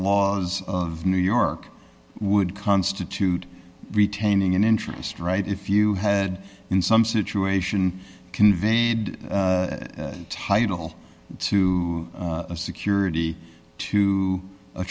laws of new york would constitute retaining an interest right if you had in some situation conveyed title to a security to a